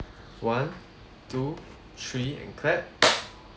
one two three and clap